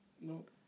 Nope